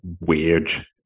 weird